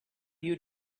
you